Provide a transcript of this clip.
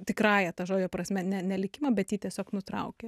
tikrąja ta žodžio prasme ne ne likimą bet jį tiesiog nutraukė